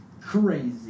crazy